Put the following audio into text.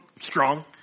strong